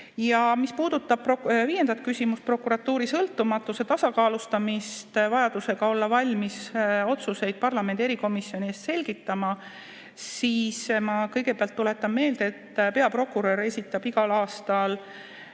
Mis puudutab viiendat küsimust, prokuratuuri sõltumatuse tasakaalustamist vajadusega olla valmis otsuseid parlamendi erikomisjoni ees selgitama, siis ma kõigepealt tuletan meelde, et peaprokurör esitab igal aastal